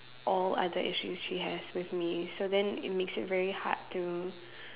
all other issues she has with me so then it makes it very hard to